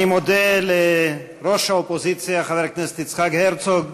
אני מודה לראש האופוזיציה חבר הכנסת יצחק הרצוג.